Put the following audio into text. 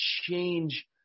change